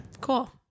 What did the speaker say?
cool